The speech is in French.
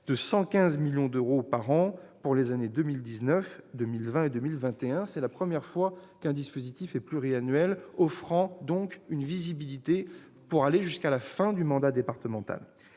de 115 millions d'euros par an pour les années 2019, 2020 et 2021. C'est la première fois qu'un tel dispositif est pluriannuel, offrant ainsi une visibilité jusqu'à la fin du mandat départemental.